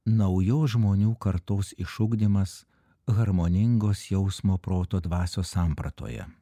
naujos žmonių kartos išugdymas harmoningos jausmo proto dvasios sampratoje